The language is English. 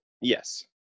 yes